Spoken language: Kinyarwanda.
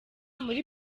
muri